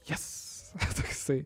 jes toksai